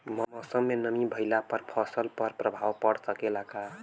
मौसम में नमी भइला पर फसल पर प्रभाव पड़ सकेला का?